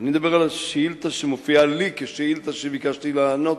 אני מדבר על שאילתא שמופיעה לי כשאילתא שביקשתי לענות,